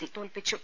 C തോൽപ്പിച്ചു